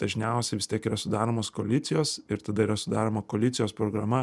dažniausiai vis tiek yra sudaromos koalicijos ir tada yra sudaroma koalicijos programa